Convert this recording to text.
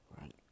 right